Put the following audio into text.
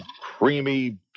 creamy